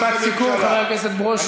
סיכום, חבר הכנסת ברושי.